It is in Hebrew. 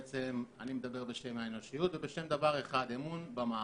אני מדבר בשם האנושיות ובשם דבר אחד: אמון במערכת.